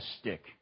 stick